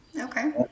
Okay